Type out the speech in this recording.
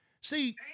See